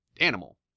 animal